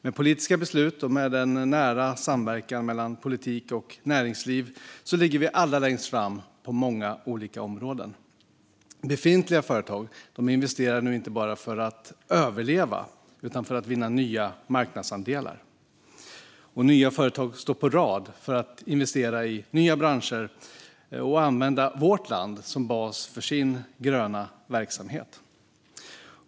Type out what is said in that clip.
Med politiska beslut och en nära samverkan mellan politik och näringsliv ligger vi allra längst fram på många olika områden. Befintliga företag investerar inte bara för att överleva utan för att vinna nya marknadsandelar. Nya företag står på rad för att investera i nya branscher och använda vårt land som bas för sin gröna verksamhet.